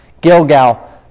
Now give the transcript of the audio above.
Gilgal